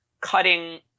cutting